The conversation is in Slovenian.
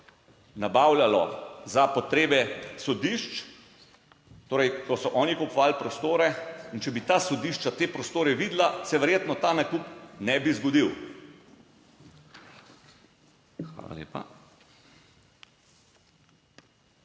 nabavljalo za potrebe sodišč, torej ko so oni kupovali prostore, in če bi ta sodišča te prostore videla, se verjetno ta nakup ne bi zgodil. Prebral